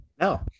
No